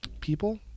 People